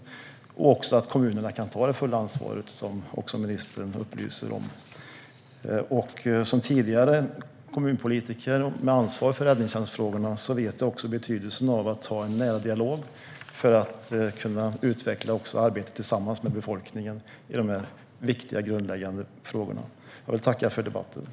Det handlar även om att kommunerna kan ta det fulla ansvaret, vilket också ministern upplyser om. Som tidigare kommunpolitiker med ansvar för räddningstjänstfrågorna är jag medveten om betydelsen av att ha en nära dialog för att kunna utveckla arbetet och arbeta tillsammans med befolkningen i de här viktiga grundläggande frågorna. Tack för debatten!